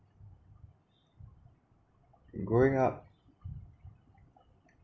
growing up